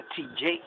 TJ